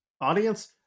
Audience